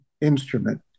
instrument